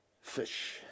fish